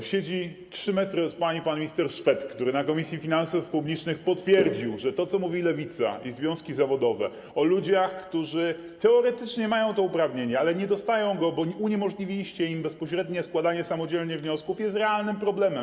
W odległości 3 m od pani siedzi pan minister Szwed, który na posiedzeniu Komisji Finansów Publicznych potwierdził, że to, co mówią Lewica i związki zawodowe o ludziach, którzy teoretycznie mają to uprawnienie, ale nie dostają go, bo uniemożliwiliście im bezpośrednie składanie samodzielnie wniosków, jest realnym problemem.